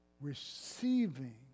receiving